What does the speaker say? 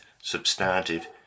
substantive